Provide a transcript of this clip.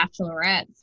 bachelorettes